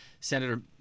Senator